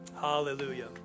Hallelujah